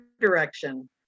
direction